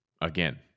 again